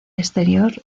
exterior